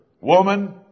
woman